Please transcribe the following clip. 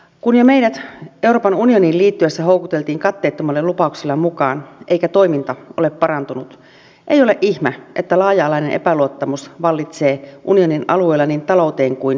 kun meidät jo euroopan unioniin liittyessä houkuteltiin katteettomilla lupauksilla mukaan eikä toiminta ole parantunut ei ole ihme että laaja alainen epäluottamus vallitsee unionin alueella niin talouteen kuin yhteisön toimintakykyyn